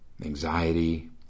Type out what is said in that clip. Anxiety